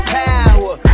power